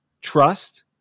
trust